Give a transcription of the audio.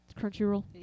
Crunchyroll